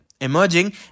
emerging